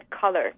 color